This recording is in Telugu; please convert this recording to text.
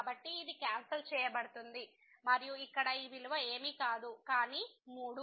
కాబట్టి ఇది క్యాన్సల్ చేయబడుతుంది మరియు ఇక్కడ ఈ విలువ ఏమీ కాదు కానీ 3